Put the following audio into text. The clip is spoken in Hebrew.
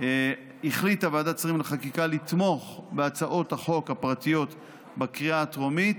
החליטה ועדת שרים לחקיקה לתמוך בהצעות החוק הפרטיות בקריאה הטרומית,